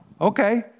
Okay